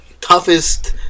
toughest